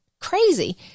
Crazy